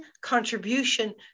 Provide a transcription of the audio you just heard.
contribution